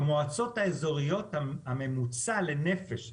במועצות האזוריות הממוצע לנפש,